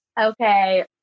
Okay